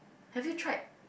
have you tried